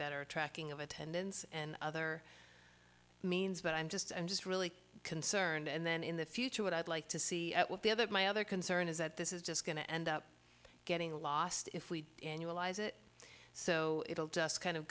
better tracking of attendance and other means but i'm just i'm just really concerned and then in the future what i'd like to see what the other my other concern is that this is just going to end up getting lost if we annualize it so it will just kind of